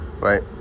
Right